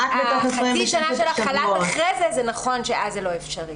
החצי שנה של החל"ת אחרי זה זה נכון שאז זה לא אפשרי.